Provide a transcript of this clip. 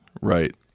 Right